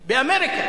באמריקה,